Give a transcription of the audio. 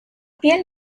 piel